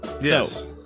Yes